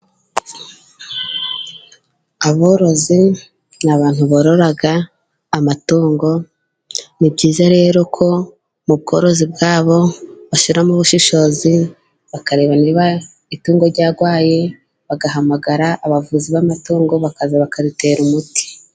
Aborozi ni abantu borora amatongo, ni byiza rero ko mu bworozi bwabo bashyiramo ubushishozi, bakareba niba itungo ryarwaye bagahamagara abavuzi b'amatungo, bakaza bakaritera umuti.